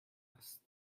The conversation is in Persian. است